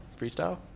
Freestyle